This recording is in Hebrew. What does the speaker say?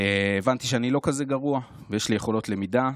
הבנתי שאני לא כזה גרוע ויש לי יכולות למידה,